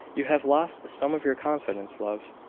you have lost some of your confidence, love.